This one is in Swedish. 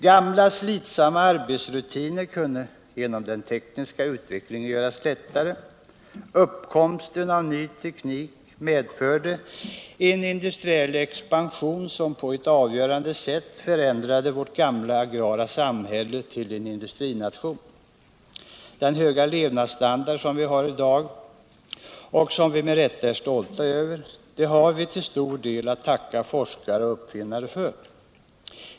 Gamla slitsamma arbetsrutiner kunde tack vare den tekniska utvecklingen göras lättare. Uppkomsten av ny teknik medförde en industriell expansion som på ett avgörande sätt förändrade vårt gamla agrara samhälle till en industrination. Den höga levnadsstandard som vi har i dag och som vi med rätta är stolta över har vi till stor del att tacka forskare och uppfinnare för.